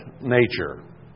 nature